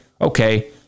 Okay